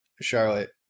charlotte